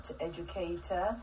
educator